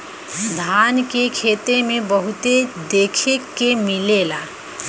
धान के खेते में बहुते देखे के मिलेला